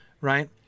right